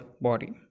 body